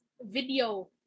video